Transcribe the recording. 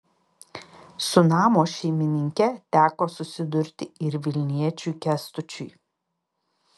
su namo šeimininke teko susidurti ir vilniečiui kęstučiui